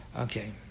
Okay